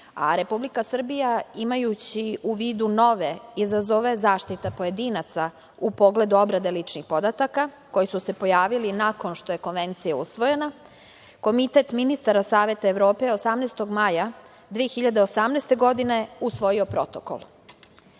a Republika Srbija… Imajući u vidu nove izazove zaštita pojedinaca u pogledu obrade ličnih podataka koji su se pojavili nakon što je Konvencija usvojena, Komitet ministara Saveta Evrope 18. maja 2018. godine usvojio Protokol. Srbija